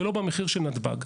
ולא במחיר של נתב"ג.